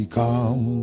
come